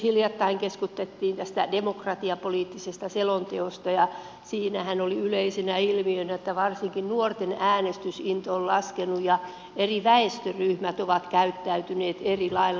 hiljattain keskusteltiin myös tästä demokratiapoliittisesta selonteosta ja siinähän oli yleisenä ilmiönä että varsinkin nuorten äänestysinto on laskenut ja eri väestöryhmät ovat käyttäytyneet eri lailla